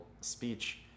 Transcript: speech